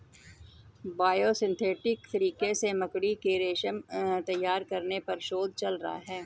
biosynthetic तरीके से मकड़ी के रेशम तैयार करने पर शोध चल रहा है